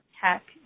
tech